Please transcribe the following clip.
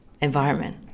environment